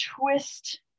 twist